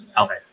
Okay